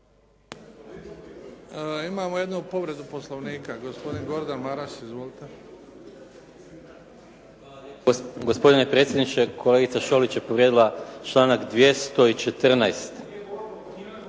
Imamo jednu povredu Poslovnika. Gospodin Gordan Maras. Izvolite. **Maras, Gordan (SDP)** Gospodine predsjedniče, kolegica Šolić je povrijedila članak 214.